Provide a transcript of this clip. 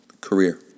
Career